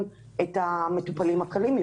גם אם אתה מביא עובד מחו"ל,